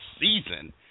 season